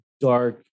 dark